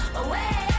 away